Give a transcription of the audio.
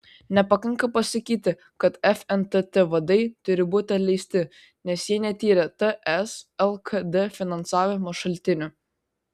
nepakanka pasakyti kad fntt vadai turi būti atleisti nes jie netyrė ts lkd finansavimo šaltinių